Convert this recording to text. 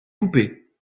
coupés